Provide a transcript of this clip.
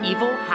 Evil